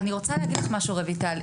אני רוצה להגיד לך משהו, רויטל.